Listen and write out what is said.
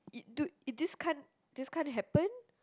it do it this can't this can't happen